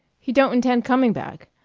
he don't intend coming back.